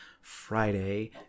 Friday